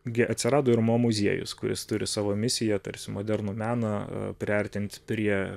gi atsirado ir mo muziejus kuris turi savo misiją tarsi modernų meną priartinti prie